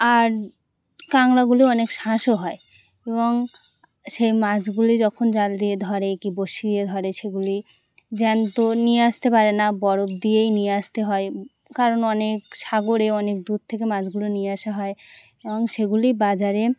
আর কাঁকড়াগুলো অনেক শাঁসও হয় এবং সেই মাছগুলি যখন জাল দিয়ে ধরে কি বড়শি দিয়ে ধরে সেগুলি জ্যান্ত নিয়ে আসতে পারে না বরফ দিয়েই নিয়ে আসতে হয় কারণ অনেক সাগরে অনেক দূর থেকে মাছগুলো নিয়ে আসা হয় এবং সেগুলি বাজারে